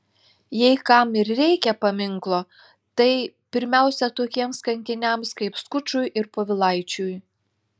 jei kam ir reikia paminklo tai pirmiausia tokiems kankiniams kaip skučui ir povilaičiui